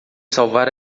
salvar